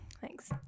Thanks